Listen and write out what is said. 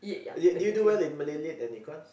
you did you do well in Malay-Lit and Econs